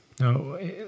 No